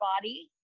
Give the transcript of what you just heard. body